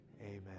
Amen